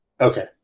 Okay